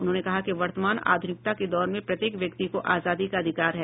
उन्होंने कहा कि वर्तमान आध्रनिकता की दौर में प्रत्येक व्यक्ति को आजादी का अधिकार है